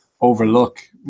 overlook